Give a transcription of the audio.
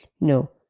no